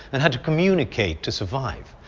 and had to communicate to survive.